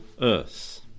earth